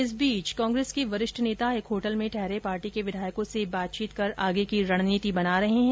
इस बीच कांग्रेस के वरिष्ठ नेता एक होटल में ठहरे पार्टी के विधायकों से बातचीत कर आगे की रणनीति बना रहे हैं